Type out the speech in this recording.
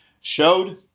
showed